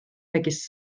megis